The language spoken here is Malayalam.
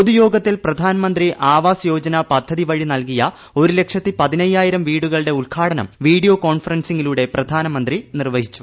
പൊതുയോഗത്തിൽ പ്രധാൻമന്ത്രി ആവാസ് യോജന പദ്ധതി വഴി നൽകിയ ഒരു ലക്ഷത്തി പതിനയ്യായിരം വീടുകളുടെ ഉദ്ഘാടനം വീഡിയോ കോൺഫറൻസിംഗിലൂടെ പ്രധാമന്ത്രി നിർവ്വഹിച്ചു